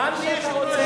היה כבר תקדים